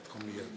בבקשה, גברתי.